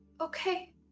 okay